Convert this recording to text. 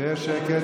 שיהיה שקט.